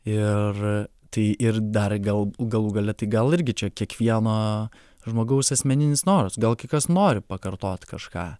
ir tai ir dar gal galų gale tai gal irgi čia kiekvieno žmogaus asmeninis noras gal kai kas nori pakartot kažką